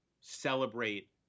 celebrate